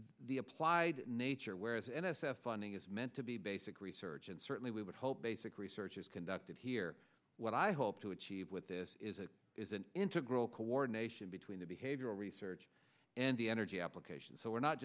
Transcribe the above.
the applied nature whereas n s f funding is meant to be basic research and certainly we would hope basic research is conducted here what i hope to achieve with this is it is an integral coordination between the behavioral research and the energy applications so we're not